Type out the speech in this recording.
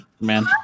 Man